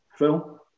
Phil